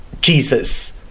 Jesus